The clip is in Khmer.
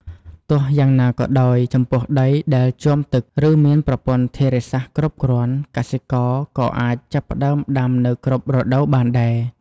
ទោះយ៉ាងណាក៏ដោយ ចំពោះដីដែលជាំទឹក ឬមានប្រព័ន្ធធារាសាស្រ្តគ្រប់គ្រាន់ កសិករក៏អាចចាប់ផ្តើមដាំនៅគ្រប់រដូវបានដែរ។